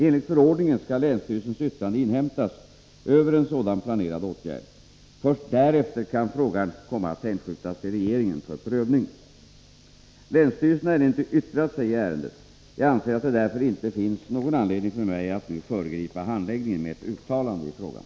Enligt förordningen skall länsstyrelsens yttrande inhämtas över en sådan planerad åtgärd. Först därefter kan frågan komma att hänskjutas till regeringen för prövning. Länsstyrelsen har ännu inte yttrat sig i ärendet. Jag anser att det därför inte finns anledning för mig att nu föregripa handläggningen med ett uttalande i frågan.